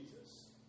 Jesus